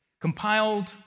compiled